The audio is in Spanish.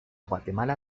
guatemala